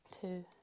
two